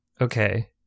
Okay